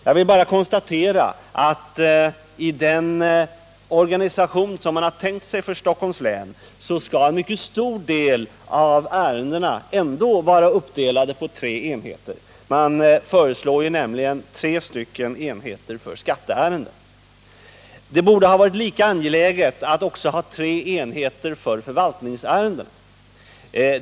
Jag vill bara konstatera att i den organisation som man har tänkt sig för Stockholms län skall en mycket stor del av ärendena ändå delas upp på tre enheter. Man föreslår nämligen tre enheter för skatteärenden. Det borde ha varit lika angeläget att också ha tre enheter för förvaltningsärenden.